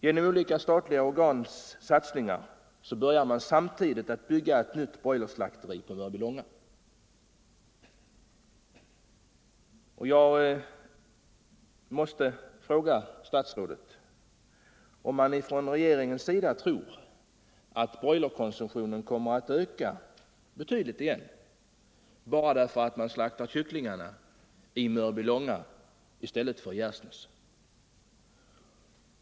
Genom olika statliga organs satsningar börjar man samtidigt bygga ett nytt broilerslakteri i Mörbylånga. Jag måste fråga statsrådet, om regeringen tror att broilerkonsumtionen kommer att öka betydligt igen bara därför att man slaktar kycklingarna i Mörbylånga i stället för i Gärsnäs.